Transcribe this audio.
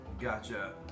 Gotcha